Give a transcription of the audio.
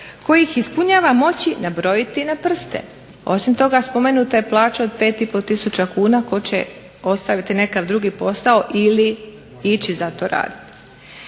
koji ispunjava moći nabrojiti na prste. Osim toga spomenuta je plaća od 5,5 tisuća kuna. Tko će ostaviti nekakav drugi posao ili ići za to raditi.